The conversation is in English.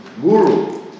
guru